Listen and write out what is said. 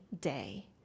day